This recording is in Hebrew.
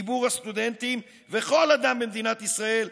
ציבור הסטודנטים וכל אדם במדינת ישראל,